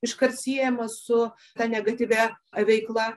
iškart siejama su ta negatyvia veikla